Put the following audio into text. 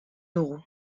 dugu